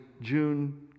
June